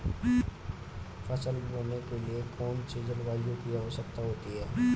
फसल बोने के लिए कौन सी जलवायु की आवश्यकता होती है?